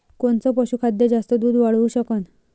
कोनचं पशुखाद्य जास्त दुध वाढवू शकन?